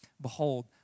behold